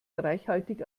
reichhaltig